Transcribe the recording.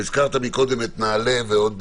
והזכרת את נעלה ועוד